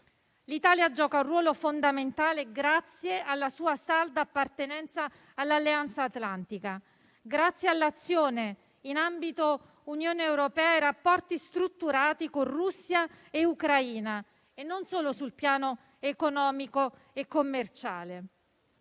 L'Italia gioca un ruolo fondamentale grazie alla sua salda appartenenza all'Alleanza atlantica; grazie all'azione in ambito dell'Unione europea e ai rapporti strutturati con Russia e Ucraina, non solo sul piano economico e commerciale.